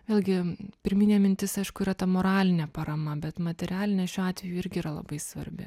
vėlgi pirminė mintis aišku yra ta moralinė parama bet materialinė šiuo atveju irgi yra labai svarbi